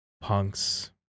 Punk's